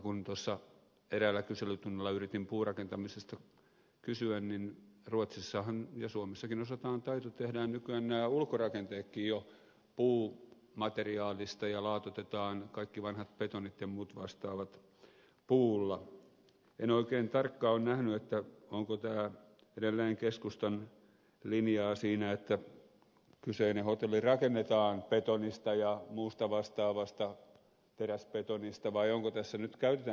vaikka kuinka eräällä kyselytunnilla yritin puurakentamisesta kysyä kun ruotsissahan ja suomessa osataan on taito tehdä nämä ulkorakenteetkin puumateriaalista ja laatoitetaan kaikki vanhat betonit ja muut vastaavat puulla niin en oikein tarkkaan ole nähnyt onko tämä edelleen keskustan linjaa siinä että kyseinen hotelli rakennetaan betonista ja muusta vastaavasta teräsbetonista vai käytetäänkö tässä puurakentamista edes